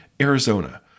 Arizona